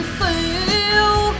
feel